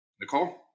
Nicole